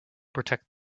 protect